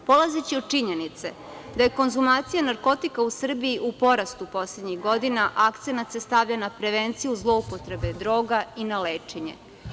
Polazeći od činjenice da je konzumacija narkotika u Srbiji u porastu poslednjih godina, akcenat se stavlja na prevenciju zloupotrebe droga i na lečenje.